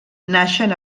naixen